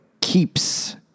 keeps